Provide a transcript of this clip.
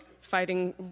fighting